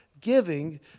giving